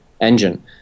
engine